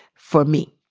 for me.